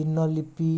ଦିନଲିପି